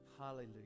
Hallelujah